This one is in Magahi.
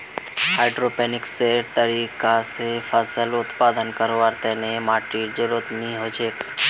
हाइड्रोपोनिक्सेर तरीका स फसल उत्पादन करवार तने माटीर जरुरत नी हछेक